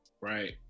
Right